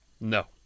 no